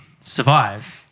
survive